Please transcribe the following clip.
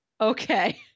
Okay